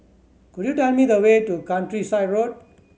could you tell me the way to Countryside Road